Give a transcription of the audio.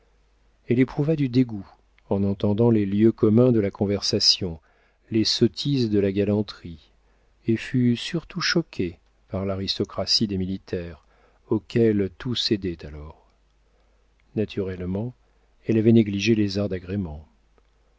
elle éprouva du dégoût en entendant les lieux communs de la conversation les sottises de la galanterie et fut surtout choquée par l'aristocratie des militaires auxquels tout cédait alors naturellement elle avait négligé les arts d'agrément